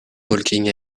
walking